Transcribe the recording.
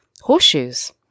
horseshoes